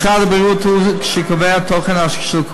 משרד הבריאות הוא שקובע את תוכן הקורסים,